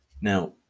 Now